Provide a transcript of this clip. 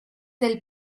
del